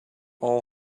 all